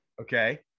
Okay